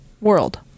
world